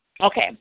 Okay